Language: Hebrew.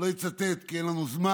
אני לא אצטט כי אין לנו זמן.